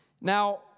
Now